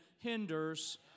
hinders